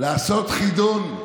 לעשות חידון,